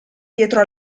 dietro